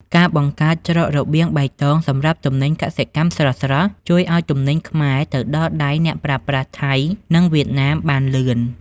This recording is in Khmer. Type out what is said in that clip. ការបង្កើត "ច្រករបៀងបៃតង"សម្រាប់ទំនិញកសិកម្មស្រស់ៗ ជួយឱ្យទំនិញខ្មែរទៅដល់ដៃអ្នកប្រើប្រាស់ថៃ និងវៀតណាមបានលឿន។